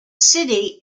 city